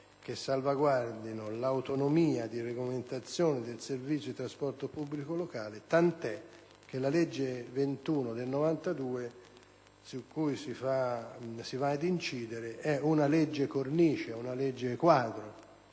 che salvaguardino l'autonomia di regolamentazione del servizio di trasporto pubblico locale, tant'è che la legge n. 21 del 1992, su cui si va ad incidere, è una legge quadro.